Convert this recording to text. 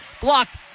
blocked